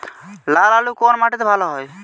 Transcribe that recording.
লাল আলু কোন মাটিতে ভালো হয়?